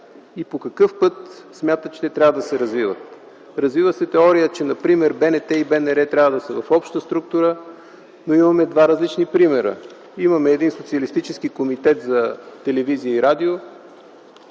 и по какъв път смятат, че трябва да се развиват. Развива се теория, че например БНР и БНТ трябва да са в обща структура, но имаме два различни примера: имаме един социалистически Комитет за телевизия и радио,